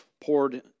poured